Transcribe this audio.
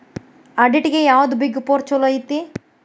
ಆಡಿಟ್ಗೆ ಯಾವ್ದ್ big four ಚಲೊಐತಿ?